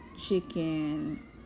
chicken